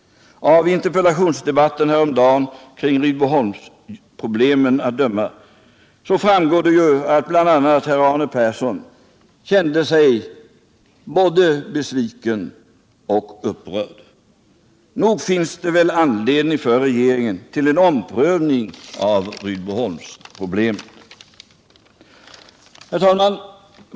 Av interpellationsdebatten häromdagen kring Rydboholms problemet framgår att bl.a. herr Arne Persson kände sig både besviken och Nr 98 upprörd. Nog finns det väl anledning för regeringen att göra en omprövning av Rydboholmsproblemet. Herr talman!